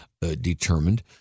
determined